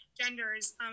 genders